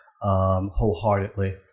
wholeheartedly